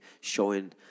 showing